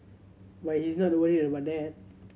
but he's not worried about that